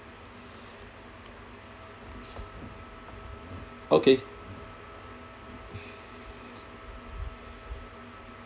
okay